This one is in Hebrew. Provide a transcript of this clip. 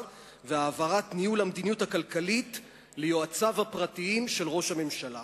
והעברת ניהול המדיניות הכלכלית ליועציו הפרטיים של ראש הממשלה.